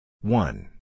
One